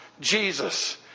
Jesus